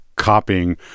copying